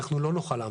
אנחנו לא נוכל לעמוד.